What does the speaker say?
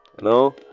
no